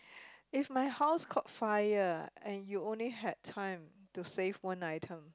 if my house caught fire and you only had time to save one item